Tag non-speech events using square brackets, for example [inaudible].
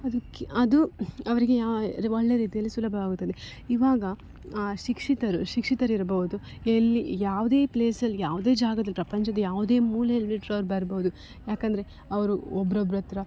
ಅದಕ್ಕೆ ಅದು ಅವರಿಗೆ ಯಾ [unintelligible] ಒಳ್ಳೆಯ ರೀತಿಯಲ್ಲಿ ಸುಲಭವಾಗುತ್ತದೆ ಇವಾಗ ಶಿಕ್ಷಿತರು ಶಿಕ್ಷಿತರು ಇರಬೌದು ಎಲ್ಲಿ ಯಾವುದೇ ಪ್ಲೇಸಲ್ಲಿ ಯಾವುದೇ ಜಾಗದಲ್ಲಿ ಪ್ರಪಂಚದ ಯಾವುದೇ ಮೂಲೆಲಿ ಬಿಟ್ಟರು ಅವ್ರು ಬರ್ಬೌದು ಯಾಕೆಂದ್ರೆ ಅವರು ಒಬ್ರೊಬ್ಬರತ್ರ